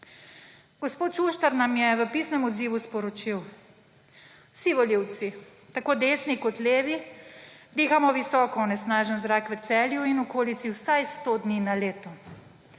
Gospod Šuštar nam je v pisnem odzivu sporočil: »Vsi volivci, tako desni kot levi, dihamo visoko onesnažen zrak v Celju in okolici vsaj sto dni na leto.